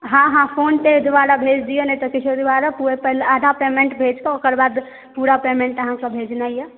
हॅं हॅं फोन पे द्वारे भेज दिअ नहि तऽ किछो द्वारा आधा पेमेन्ट भेज कऽ ओकर बाद पूरा पेमेन्ट भेजनाइ यऽ